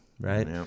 right